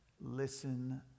listen